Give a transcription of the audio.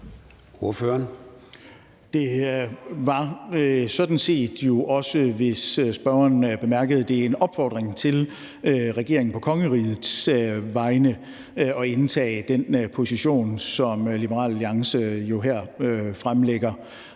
Det var jo sådan set også, hvis spørgeren bemærkede det, en opfordring til regeringen til på kongerigets vegne at indtage den position, som Liberal Alliance her fremlægger.